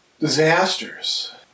disasters